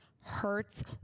hurts